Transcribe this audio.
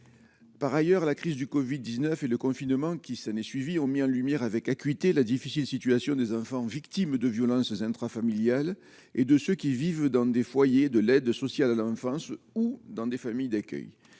Par ailleurs, la crise du Covid 19 et le confinement qui ça n'est suivi ont mis en lumière avec acuité la difficile situation des enfants victimes de violences intrafamiliales et de ceux qui vivent dans des foyers de l'aide sociale à l'enfance ou dans des familles d'accueil,